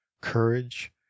courage